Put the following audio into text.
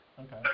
Okay